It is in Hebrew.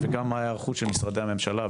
וגם מה הערכות של משרדי הממשלה,